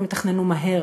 הן יתכננו מהר,